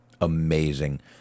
Amazing